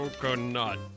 Coconut